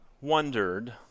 wondered